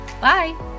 Bye